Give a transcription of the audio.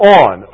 on